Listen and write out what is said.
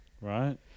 right